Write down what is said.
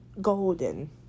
golden